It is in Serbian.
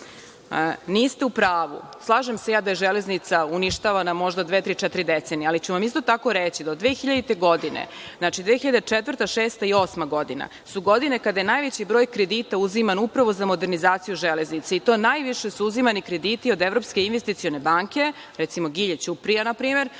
Niste u pravu, slažem se ja da je železnica uništavana možda dve, tri, četiri decenije, ali ću vam isto tako reći da od 2000. godine, znači, 2004, 2006. i 2008. godina, su godine kada je najveći broj kredita uziman upravo za modernizaciju železnice, i to su najviše uzimani krediti od Evropske investicione banke, recimo Gilje-Ćuprija, na primer,